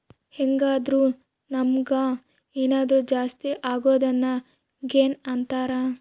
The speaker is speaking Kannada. ಹೆಂಗಾದ್ರು ನಮುಗ್ ಏನಾದರು ಜಾಸ್ತಿ ಅಗೊದ್ನ ಗೇನ್ ಅಂತಾರ